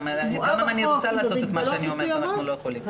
גם אם אני רוצה לעשות את מה שאני אומרת אנחנו לא יכולים.